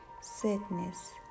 sadness